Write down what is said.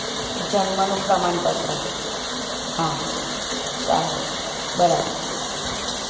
જન્મનું પ્રમાણપત્ર હા સારું બરાબર